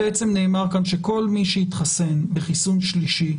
בעצם נאמר כאן שכל מי שהתחסן בחיסון שלישי,